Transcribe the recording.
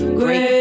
great